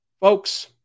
Folks